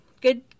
Good